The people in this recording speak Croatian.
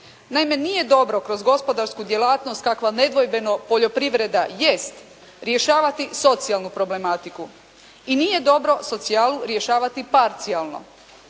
Naime nije dobro kroz gospodarsku djelatnost kakva nedvojbeno poljoprivreda jest rješavati socijalnu problematiku i nije dobro socijalu rješavati parcijalno.